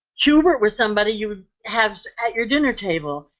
hubert were somebody you would have at your dinner table.